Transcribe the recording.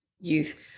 youth